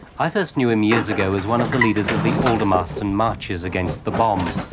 i first knew him years ago as one of the leaders of the aldermaston marches against the bomb.